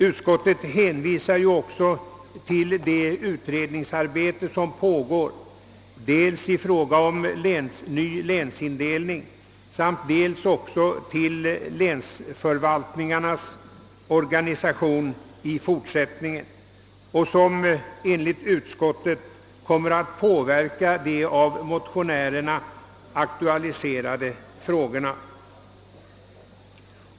Utskottet hänvisar också till det utredningsarbete som pågår dels i fråga om den nya länsindelningen, dels i fråga om länsförvaltningarnas framtida organisation och som enligt utskottet kommer att påverka de i motionerna aktualiserade frågorna.